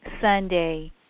Sunday